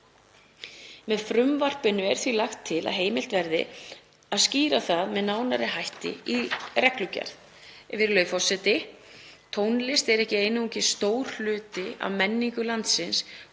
Með frumvarpinu er því lagt til að heimilt verði að skýra það með nánari hætti í reglugerð. Virðulegur forseti. Tónlist er ekki einungis stór hluti af menningu landsins.